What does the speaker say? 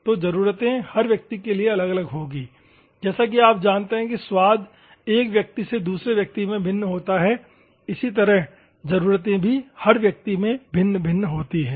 तो ज़रूरतें हर व्यक्ति के लिए अलग अलग होंगी जैसा कि आप जानते हैं कि स्वाद एक व्यक्ति से दूसरे व्यक्ति में भिन्न होता है इसी तरह ज़रूरतें भी हर व्यक्ति में भिन्न होती हैं